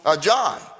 John